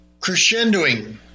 crescendoing